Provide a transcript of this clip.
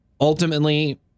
Ultimately